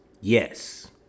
Yes